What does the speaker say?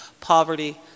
poverty